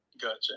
Gotcha